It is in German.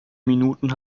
minuten